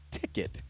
ticket